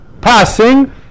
passing